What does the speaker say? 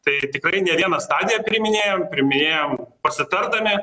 tai tikrai ne viena stadija priiminėjam priiminėjam pasitardami